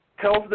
tells